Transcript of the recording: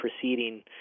proceeding